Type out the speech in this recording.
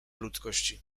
ludzkości